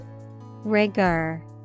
Rigor